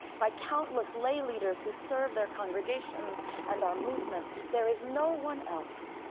by countless lay leaders who serve their congregations and our movement. there is no one else,